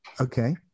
Okay